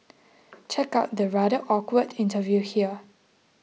check out the rather awkward interview here